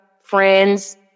friends